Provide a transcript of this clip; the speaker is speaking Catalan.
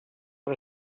per